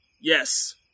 Yes